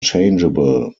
changeable